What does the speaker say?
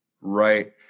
Right